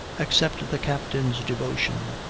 except the captain's devotion,